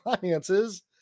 finances